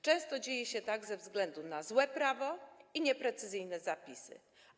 Często dzieje się tak ze względu na złe prawo i nieprecyzyjne zapisy.